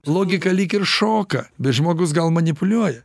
logika lyg ir šoka bet žmogus gal manipuliuoja